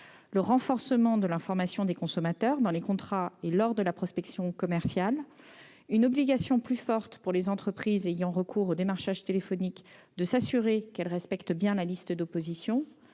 le renforcement de leur information dans les contrats et lors de la prospection commerciale, une obligation plus forte pour les entreprises ayant recours au démarchage téléphonique de s'assurer qu'elles respectent bien la liste d'opposition,